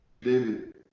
David